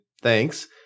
Thanks